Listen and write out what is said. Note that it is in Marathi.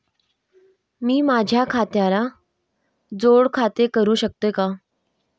मी माझ्या खात्याला जोड खाते करू शकतो का?